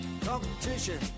Competition